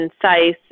concise